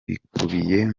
bikubiye